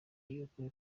y’uko